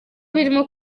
birimo